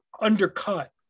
undercut